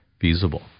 feasible